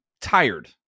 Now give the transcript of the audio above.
tired